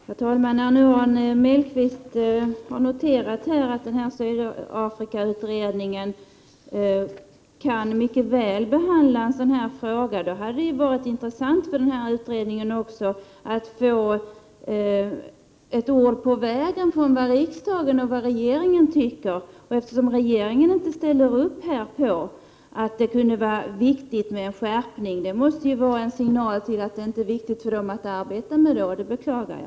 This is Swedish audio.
Herr talman! När Arne Mellqvist nu noterar att Sydafrikautredningen mycket väl hade kunnat behandla en sådan här fråga, hade det väl varit intressant för utredningen att få ett ord på vägen från riksdagen och regeringen. Eftersom regeringen inte ställer sig bakom uttalandet om att det är viktigt med en skärpning av bestämmelserna, så är väl det en signal till utredningen att det inte är viktigt för den att arbeta med frågan. Det beklagar jag.